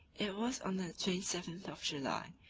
it was on the twenty-seventh of july,